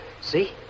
See